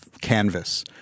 canvas